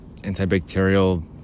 antibacterial